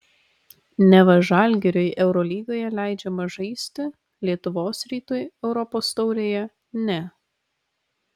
neva žalgiriui eurolygoje leidžiama žaisti lietuvos rytui europos taurėje ne